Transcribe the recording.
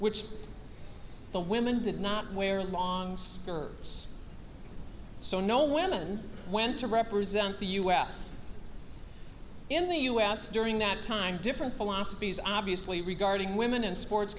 which the women did not wear long skirts so no women went to represent the u s in the us during that time different philosophies obviously regarding women in sports